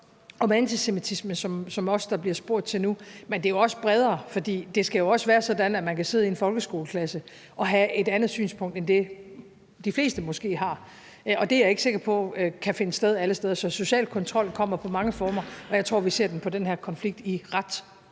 om antisemitisme, som der nu også bliver spurgt om, men det er jo også bredere. For det skal jo også være sådan, at man kan sidde i en folkeskoleklasse og have et andet synspunkt end det, de fleste måske har, og det er jeg ikke sikker på kan finde sted alle steder. Så en social kontrol kommer i mange former, og jeg tror, vi i den her konflikt